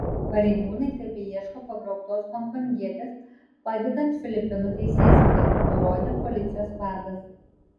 pareigūnai tebeieško pagrobtos honkongietės padedant filipinų teisėsaugai nurodė policijos vadas